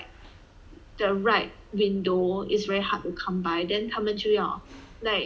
the right window is very hard to come by then 他们就要 like